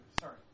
Sorry